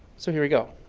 so here we go.